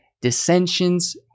dissensions